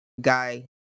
guy